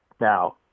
Now